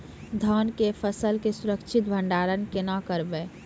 धान के फसल के सुरक्षित भंडारण केना करबै?